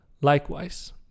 Likewise